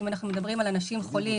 אם אנחנו מדברים על אנשים חולים,